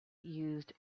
used